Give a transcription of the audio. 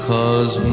Cause